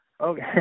Okay